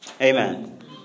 Amen